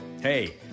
Hey